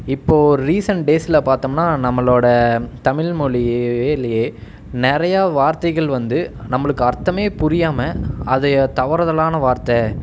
இப்போது ரீசன் டேஸ்ல பார்த்தோம்னா நம்மளோட தமிழ் மொழியிலையே நிறையா வார்த்தைகள் வந்து நம்மளுக்கு அர்த்தமே புரியாமல் அதையே தவறுதலான வார்த்தை